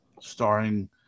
starring